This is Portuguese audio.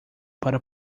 para